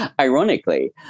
ironically